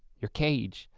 your cage.